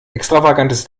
extravagantes